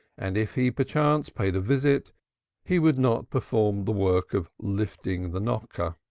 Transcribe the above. and if he perchance paid a visit he would not perform the work of lifting the knocker.